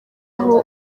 aho